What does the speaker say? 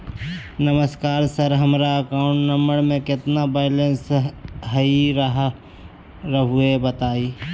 नमस्कार सर हमरा account number में कितना बैलेंस हेई राहुर बताई?